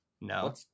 No